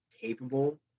capable